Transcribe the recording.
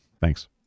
Thanks